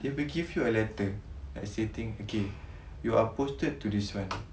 they will give you a letter like stating okay you are posted to this [one]